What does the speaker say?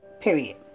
Period